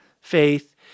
faith